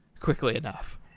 quickly enough?